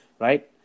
right